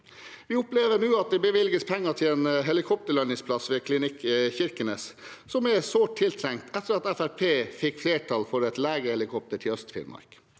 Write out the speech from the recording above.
Vi opplever nå at det bevilges penger til en helikopterlandingsplass ved Klinikk Kirkenes, noe som er sårt tiltrengt, etter at Fremskrittspartiet fikk flertall for legehelikopter til Øst-Finnmark.